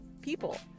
people